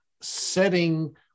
setting